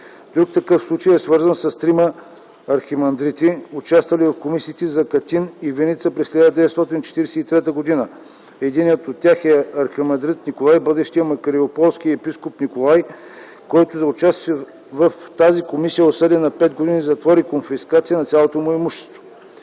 Друг такъв случай е свързан с трима архимандрити, участвали в комисиите за Катин и Виница през 1943 г. Единият от тях е архимандрит Николай - бъдещият Макариополски епископ Николай, който за участието си в тази комисия е осъден на 5 години затвор и конфискация на цялото му имущество.